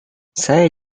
saya